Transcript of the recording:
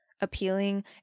appealing